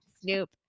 Snoop